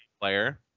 player